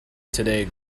today